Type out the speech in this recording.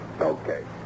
Okay